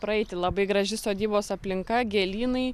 praeiti labai graži sodybos aplinka gėlynai